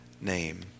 name